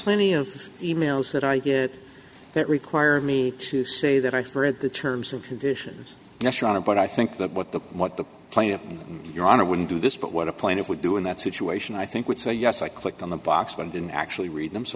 plenty of e mails that i get that require me to say that i for at the terms of conditions on it but i think that what the what the plaintiff your honor wouldn't do this but what a plaintiff would do in that situation i think would say yes i clicked on the box but i didn't actually read them so